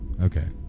Okay